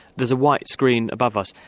there's a white screen above us.